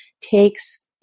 takes